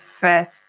first